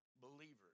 believers